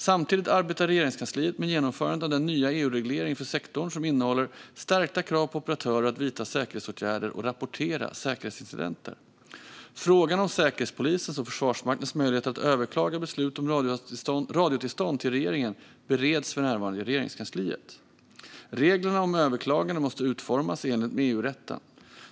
Samtidigt arbetar Regeringskansliet med genomförandet av den nya EU-regleringen för sektorn, som innehåller stärkta krav på operatörer att vidta säkerhetsåtgärder och rapportera säkerhetsincidenter. Frågan om Säkerhetspolisens och Försvarsmaktens möjligheter att överklaga beslut om radiotillstånd till regeringen bereds för närvarande i Regeringskansliet. Reglerna om överklagande måste utformas i enlighet med EU-rätten.